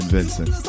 Vincent